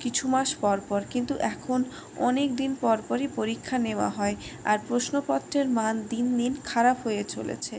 কিছু মাস পর পর কিন্তু এখন অনেক দিন পর পরই পরীক্ষা নেওয়া হয় আর প্রশ্নপত্রের মান দিন দিন খারাপ হয়ে চলেছে